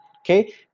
Okay